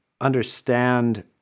understand